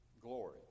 glory